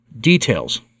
details